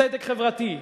צדק חברתי,